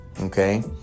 Okay